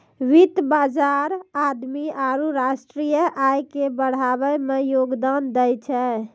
वित्त बजार आदमी आरु राष्ट्रीय आय के बढ़ाबै मे योगदान दै छै